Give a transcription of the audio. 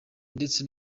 ndetse